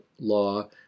law